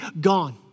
gone